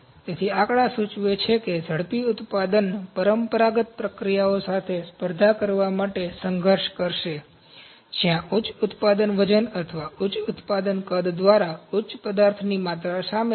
તેથી આ આંકડા સૂચવે છે કે ઝડપી ઉત્પાદન પરંપરાગત પ્રક્રિયાઓ સાથે સ્પર્ધા કરવા માટે સંઘર્ષ કરશે જ્યાં ઉચ્ચ ઉત્પાદન વજન અથવા ઉચ્ચ ઉત્પાદન કદ દ્વારા ઉચ્ચ પદાર્થની માત્રા સામેલ છે